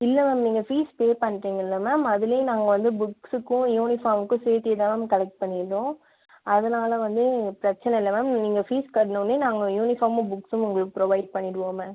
இல்லை மேம் நீங்கள் fees pay பண்ணுறிங்கல்ல மேம் அதுல நாங்கள் வந்து புக்ஸுக்கும் யூனிஃபார்ம்க்கும் சேர்த்தே தான் மேம் கலெக்ட் பண்ணிருந்தோம் அதனால் வந்து பிரச்சனை இல்லை மேம் நீங்கள் ஃபீஸ் கட்னோன்னே நாங்கள் யூனிஃபார்மும் புக்ஸும் உங்களுக்கு ப்ரொவைட் பண்ணிவிடுவோம் மேம்